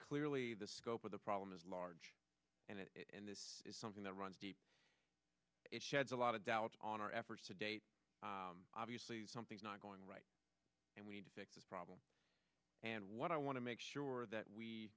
clearly the scope of the problem is large and it is something that runs deep sheds a lot of doubt on our efforts to date obviously something's not going right and we need to fix this problem and what i want to make sure that we